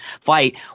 fight